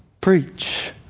preach